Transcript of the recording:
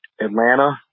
Atlanta